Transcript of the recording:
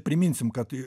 priminsim kad